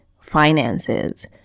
finances